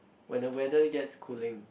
when the weather gets cooling